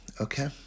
okay